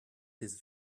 his